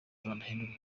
ndahindurwa